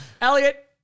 Elliot